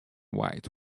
white